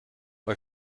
bei